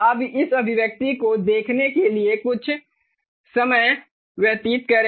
अब इस अभिव्यक्ति को देखने के लिए कुछ समय व्यतीत करें